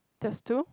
just two